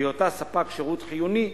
בהיותה ספק שירות חיוני,